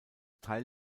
teil